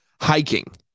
hiking